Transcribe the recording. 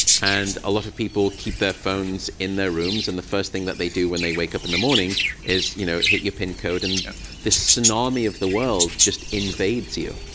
and a lot of people keep their phones in their rooms. and the first thing that they do when they wake up in the morning is you know hit your pin code and the tsunami of the world just invades you.